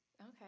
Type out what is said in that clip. Okay